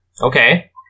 Okay